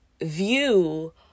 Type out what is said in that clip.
view